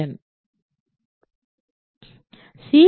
c a a2b2